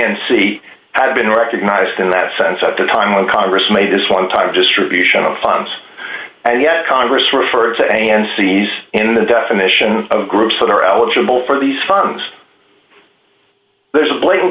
and see had been recognized in that sense at the time when congress made this one time distribution of funds and yet congress for the a n c he's in the definition of groups that are eligible for these funds there's a blatant